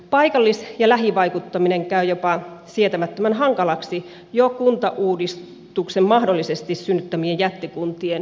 paikallis ja lähivaikuttaminen käy jopa sietämättömän hankalaksi jo kuntauudistuksen mahdollisesti synnyttämien jättikuntien myötä